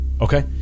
Okay